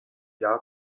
jahr